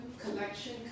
collection